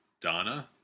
Donna